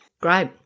Great